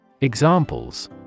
Examples